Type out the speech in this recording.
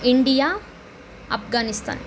India Afghanistan